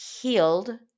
healed